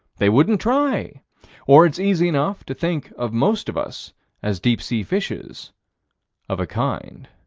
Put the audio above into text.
they wouldn't try or it's easy enough to think of most of us as deep-sea fishes of a kind.